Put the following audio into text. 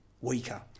weaker